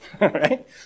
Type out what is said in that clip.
Right